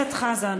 הכנסת חזן,